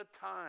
time